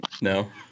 No